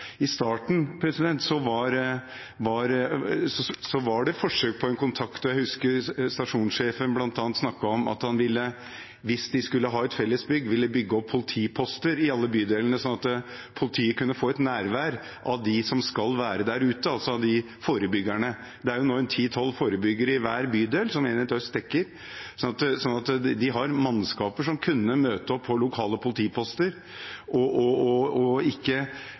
hvis de skulle ha et felles bygg, ville han bygge opp politiposter i alle bydelene, sånn at politiet kunne få et nærvær av dem som skal være der ute, forebyggerne. Det er nå ti–tolv forebyggere i hver bydel som Enhet øst dekker. De har mannskaper som kan møte opp på lokale politiposter – ikke bare komme innom, men møte opp fast et sted og bli bedre kjent med ungdommen. Det var noe han luftet i starten av prosessen. Det som skjedde, var en veldig dårlig prosess videre av både politiledelsen i Oslo sentralt og